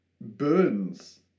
burns